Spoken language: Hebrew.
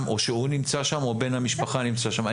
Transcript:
או שהוא נמצא שם או בן המשפחה נמצא שם.